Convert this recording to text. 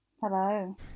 Hello